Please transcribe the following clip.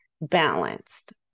balanced